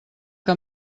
que